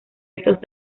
estos